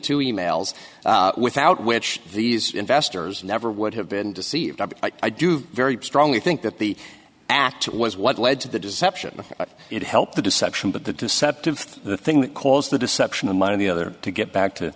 two emails without which these investors never would have been i do very strongly think that the act was what led to the deception it helped the deception but the deceptive the thing that caused the deception and one of the other to get back to